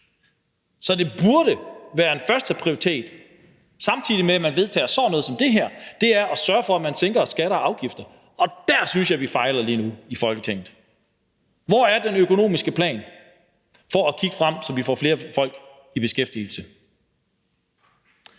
Så det burde være en førsteprioritet, samtidig med at man vedtager sådan noget som det her, at sørge for, at man sænker skatter og afgifter, og dér synes jeg vi fejler lige nu i Folketinget. Hvor er den økonomiske plan, som kigger fremad, så vi får flere folk i beskæftigelse?